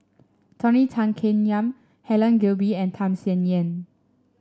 Tony Tan Keng Yam Helen Gilbey and Tham Sien Yen